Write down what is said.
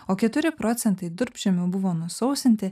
o keturi procentai durpžemių buvo nusausinti